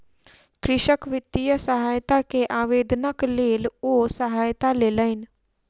कृषक वित्तीय सहायता के आवेदनक लेल ओ सहायता लेलैन